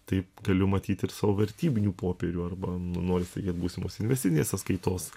taip galiu matyti ir savo vertybinių popierių arba noris tikėt būsimos investitinės sąskaitos